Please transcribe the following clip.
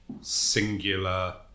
singular